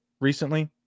recently